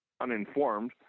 uninformed